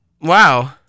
Wow